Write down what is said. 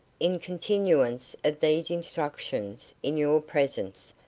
in continuance of these instructions, in your presence,